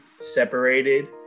separated